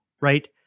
right